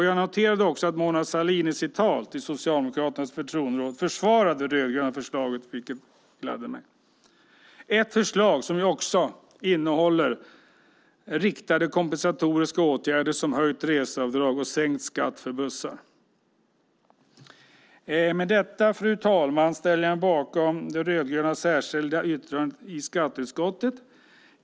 Jag noterade att Mona Sahlin i sitt tal till Socialdemokraternas förtroenderåd försvarade det rödgröna förslaget, vilket gladde mig. Förslaget innehåller också riktade kompensatoriska åtgärder som höjt reseavdrag och sänkt skatt för bussar. Fru talman! Jag ställer mig bakom De rödgrönas särskilda yttrande i betänkandet.